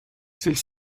celle